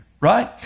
Right